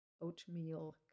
oatmeal